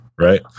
right